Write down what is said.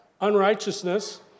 unrighteousness